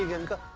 and